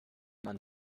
man